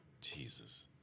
Jesus